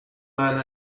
man